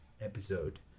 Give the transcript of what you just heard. episode